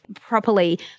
properly